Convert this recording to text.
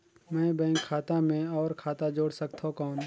मैं बैंक खाता मे और खाता जोड़ सकथव कौन?